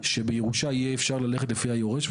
שבירושה יהיה אפשר ללכת לפי היורש,